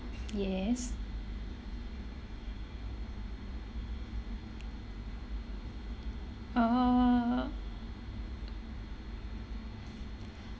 yes uh